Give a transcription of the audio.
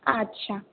আচ্ছা